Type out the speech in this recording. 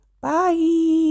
Bye